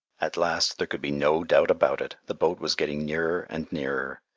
at last there could be no doubt about it the boat was getting nearer and nearer.